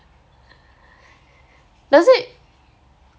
does it